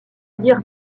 dire